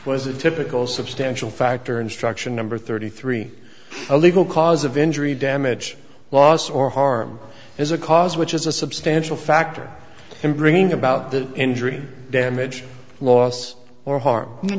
was a typical substantial factor instruction number thirty three illegal cause of injury damage loss or harm is a cause which is a substantial factor in bringing about the injury or damage loss or harm